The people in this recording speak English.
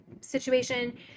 situation